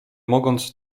mogąc